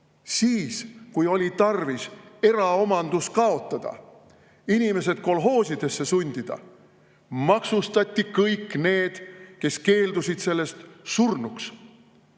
Siis, kui oli tarvis eraomandus kaotada, inimesed kolhoosidesse sundida, maksustati kõik need, kes sellest keeldusid, surnuks.